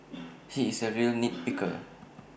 he is A real nit picker